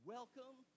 Welcome